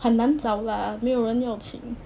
很难找 lah 没有人要请